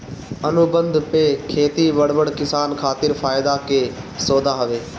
अनुबंध पे खेती बड़ बड़ किसान खातिर फायदा के सौदा हवे